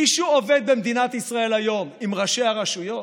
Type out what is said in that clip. מישהו עובד במדינת ישראל היום עם ראשי הרשויות?